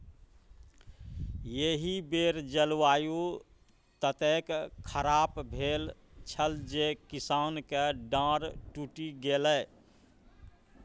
एहि बेर जलवायु ततेक खराप भेल छल जे किसानक डांर टुटि गेलै